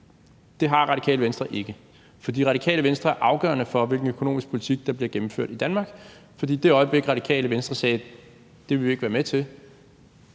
den har Radikale Venstre ikke, for Radikale Venstre er afgørende for, hvilken økonomisk politik der bliver gennemført i Danmark. For i det øjeblik, Radikale Venstre siger, at det vil man ikke være med til,